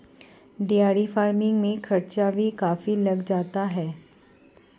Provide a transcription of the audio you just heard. dairy farming में खर्चा भी काफी लग जाता है